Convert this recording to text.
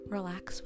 Relax